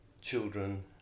children